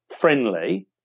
friendly